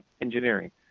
engineering